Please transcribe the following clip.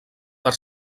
per